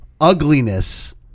ugliness